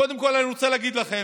קודם כול אני רוצה להגיד לכם,